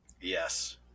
Yes